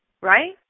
right